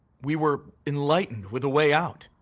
we were enlightened with a way out.